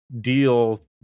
Deal